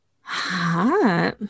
Hot